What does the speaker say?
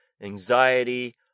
anxiety